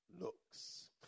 looks